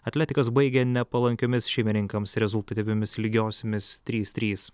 atletikas baigė nepalankiomis šeimininkams rezultatyviomis lygiosiomis trys trys